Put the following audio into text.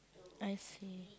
I see